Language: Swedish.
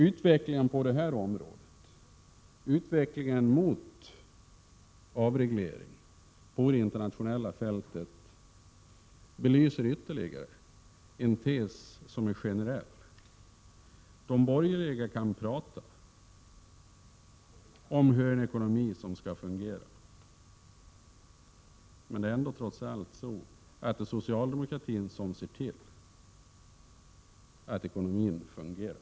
Utvecklingen på det här området och utvecklingen mot avreglering på det internationella fältet belyser ytterligare en tes som är generell: De borgerliga kan prata om en god ekonomi som skall fungera bra, men det är trots allt socialdemokratin som ser till att ekonomin fungerar.